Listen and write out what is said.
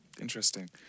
Interesting